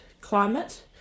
climate